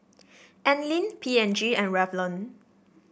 Anlene P and G and Revlon